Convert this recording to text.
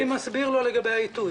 אני מסביר לו לגבי העיתוי.